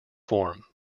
form